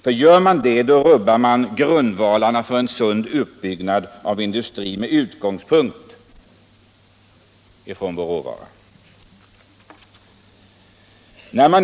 För driver man företagen på det sättet rubbar man grundvalarna för en sund uppbyggnad av industrin med utgångspunkt i vår råvara.